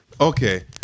okay